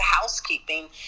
housekeeping